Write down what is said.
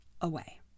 away